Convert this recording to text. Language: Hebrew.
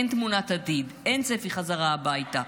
אין תמונת עתיד, אין צפי חזרה הביתה.